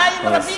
מים רבים עברו,